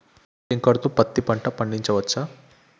Sprinkler తో పత్తి పంట పండించవచ్చా?